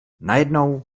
najednou